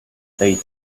they